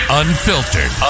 unfiltered